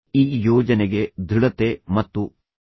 ಇದು ಅಲ್ಪಾವಧಿಯ ಗುರಿಯಲ್ಲ ಆದರೆ ಇದು ದೀರ್ಘಾವಧಿಯ ಗುರಿಯಾಗಿದೆ